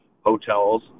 hotels